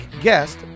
guest